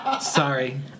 Sorry